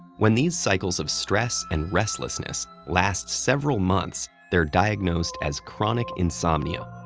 when these cycles of stress and restlessness last several months, they're diagnosed as chronic insomnia.